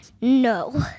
No